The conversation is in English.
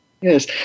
Yes